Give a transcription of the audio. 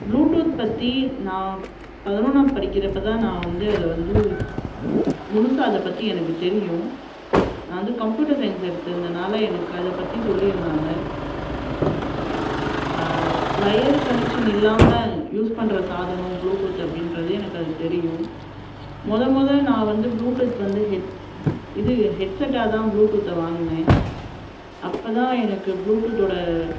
Bluetooth பற்றி நான் பதினொன்னாப்பு படிக்கிறப்ப தான் நான் வந்து அதை வந்து முழுசா அதை பற்றி எனக்கு தெரியும் நான் வந்து கம்ப்யூட்டர் சயின்ஸ் எடுத்திருந்தனால எனக்கு அதை பற்றி சொல்லியிருந்தாங்க ஒயர் கனெக்ஷன் இல்லாமல் யூஸ் பண்ணுற சாதனம் ப்ளூடூத் அப்படின்றது எனக்கு அது தெரியும் மொதல் மொதல் நான் வந்து ப்ளூடூத் வந்து ஹெட் இது ஹெட்செட்டாக தான் ப்ளூடூத்தை வாங்கினேன் அப்போ தான் எனக்கு ப்ளூடூத்தோடய